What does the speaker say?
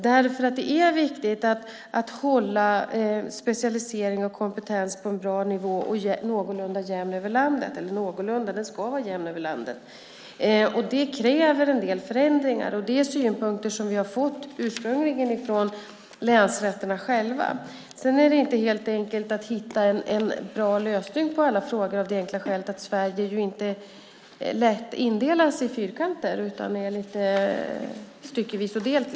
Det är nämligen viktigt att hålla detta med specialisering och kompetens på en bra nivå och då någorlunda jämnt över landet - ja, inte någorlunda; nivån ska vara jämn över landet. Det kräver en del förändringar. Det är synpunkter som vi har fått ursprungligen från länsrätterna själva. Men det är inte alldeles enkelt att hitta en bra lösning på alla frågor av det enkla skälet att Sverige inte lätt indelas i fyrkanter, utan det är liksom lite styckevis och delt.